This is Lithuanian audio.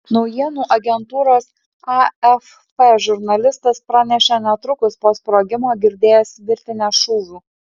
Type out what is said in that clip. naujienų agentūros afp žurnalistas pranešė netrukus po sprogimo girdėjęs virtinę šūvių